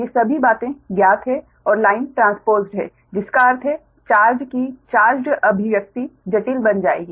ये सभी बातें ज्ञात हैं और लाइन ट्रांसपोज़्ड है जिसका अर्थ है चार्ज की चार्जड अभिव्यक्ति जटिल बन जाएगी